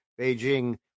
Beijing